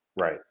Right